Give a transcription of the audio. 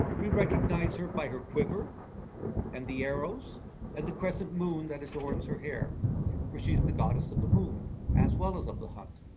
we recognize her by her quiver and the arrows and the crescent moon that adorns her hair for she is the goddess of the moon as well as of the hunt.